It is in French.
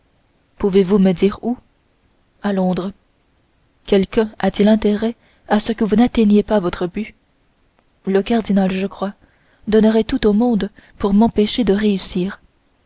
pouvez-vous me dire où à londres quelqu'un a-t-il intérêt à ce que vous n'arriviez pas à votre but le cardinal je le crois donnerait tout au monde pour m'empêcher de réussir